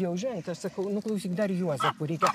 jau ženytas sakau nu klausyk dar juozapu reikia